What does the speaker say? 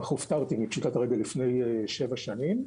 אך הופטרתי מפשיטת הרגל לפני שבע שנים.